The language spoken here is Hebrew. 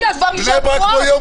בני ברק כמו יום כיפור.